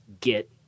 get